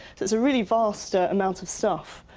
it's it's a really vast amount of stuff.